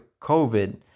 COVID